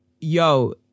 yo